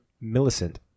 Millicent